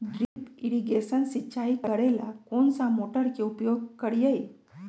Drip irrigation सिंचाई करेला कौन सा मोटर के उपयोग करियई?